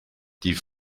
die